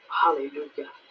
hallelujah